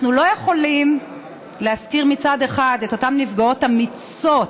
אנחנו לא יכולים שלא להזכיר מצד אחד את אותן נפגעות אמיצות,